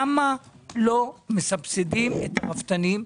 למה לא מסבסדים אל הרפתנים,